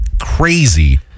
crazy